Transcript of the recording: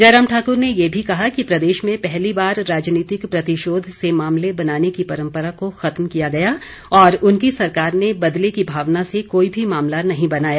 जयराम ठाकुर ने ये भी कहा कि प्रदेश में पहली बार राजनीतिक प्रतिशोध से मामले बनाने की परंपरा को खत्म किया गया और उनकी सरकार ने बदले की भावना से कोई भी मामला नहीं बनाया